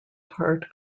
part